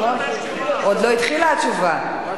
עוד לא התחילה התשובה.